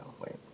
Wait